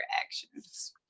actions